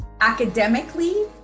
Academically